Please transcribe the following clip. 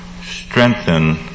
strengthen